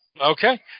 Okay